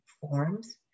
forms